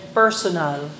personal